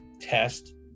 test